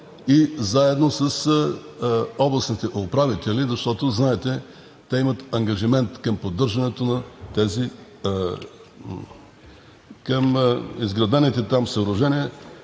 и заедно с областните управители, защото, знаете, те имат ангажимент към поддържането на изградените там съоръжения,